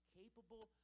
capable